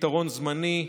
פתרון זמני,